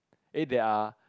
eh there are